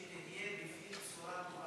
שתהיה בפנים צורה,